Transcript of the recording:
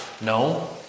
No